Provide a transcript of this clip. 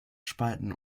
spalten